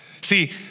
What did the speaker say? See